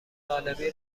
طالبی